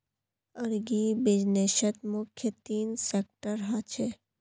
अग्रीबिज़नेसत मुख्य तीन सेक्टर ह छे